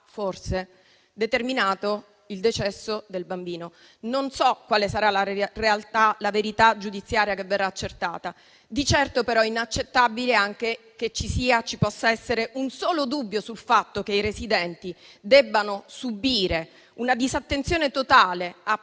forse determinato il decesso del bambino. Non so quale sarà la verità giudiziaria che verrà accertata. Di certo è però inaccettabile che possa esserci anche un solo dubbio sul fatto che i residenti debbano subire una disattenzione totale a